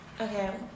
Okay